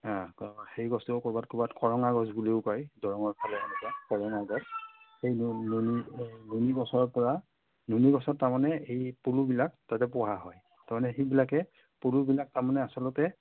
অঁ সেই গছটো ক'ৰবাত ক'ৰবাত কৰঙা গছ বুলিও কয় দৰঙৰ ফালে এনেকৈ কৰঙা গছ সেই নুনি নুনিগছৰ পৰা নুনিগছত তাৰমানে এই পলুবিলাক তাতে পোহা হয় তাৰমানে সেইবিলাকে পলুবিলাক তাৰমানে আচলতে